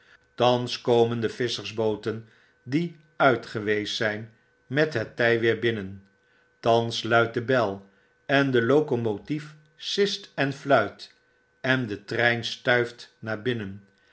thans komen de visschersbooten die uit geweest zp met het tij weer binnen thans luidt de bel en de lomomotief sist en fluit en de trein stuift naar binnen